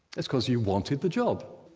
it's because you wanted the job.